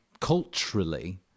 culturally